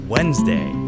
Wednesday